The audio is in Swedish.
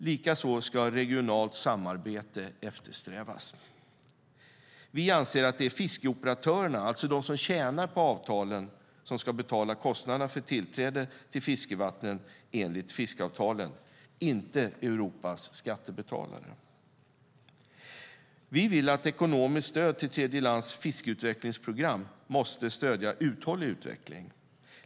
Likaså ska regionalt samarbete eftersträvas. Vi anser att det är fiskeoperatörerna, alltså de som tjänar på avtalen, som ska betala kostnaderna för tillträdet till fiskevattnen enligt fiskeavtalen - inte Europas skattebetalare. Vi vill att ekonomiskt stöd till tredjelands fiskeutvecklingsprogram ska stödja uthållig utveckling.